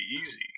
easy